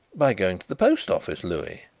by going to the post office, louis.